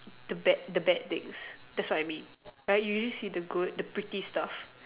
the bad the bad things that's what I mean right you only see the good the pretty stuff